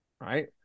right